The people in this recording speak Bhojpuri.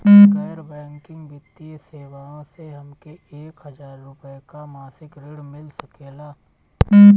गैर बैंकिंग वित्तीय सेवाएं से हमके एक हज़ार रुपया क मासिक ऋण मिल सकेला?